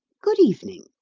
good evening.